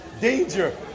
danger